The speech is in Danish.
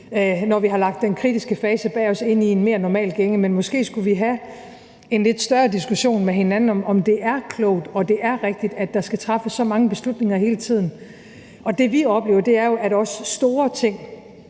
når vi har lagt den kritiske fase bag os, ind i en mere normal gænge, men måske skulle vi have en lidt større diskussion med hinanden om, om det er klogt og det er rigtigt, at der skal træffes så mange beslutninger hele tiden. Det, vi oplever, er jo, at også i